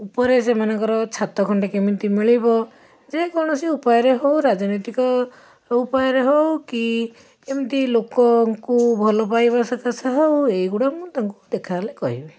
ଉପରେ ସେମାନଙ୍କର ଛାତ ଖଣ୍ଡେ କେମିତି ମିଳିବ ଯେକୌଣସି ଉପାୟରେ ହଉ ରାଜନୀତିକ ଉପାୟରେ ହଉ କି ଏମିତି ଲୋକଙ୍କୁ ଭଲପାଇବା ସକାଶେ ହଉ ଏଗୁଡ଼ା ମୁଁ ତାଙ୍କୁ ଦେଖାହେଲେ କହିବି